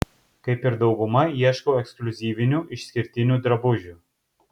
kaip ir dauguma ieškau ekskliuzyvinių išskirtinių drabužių